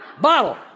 Bottle